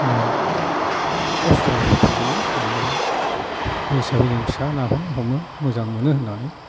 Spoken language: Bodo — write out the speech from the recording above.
मानि अस्थ्र' बस्थ्र' गैया जेनैबा बे हिसाबै जोङो फिसा नाखौनो हमनो मोजां मोनो होन्नानै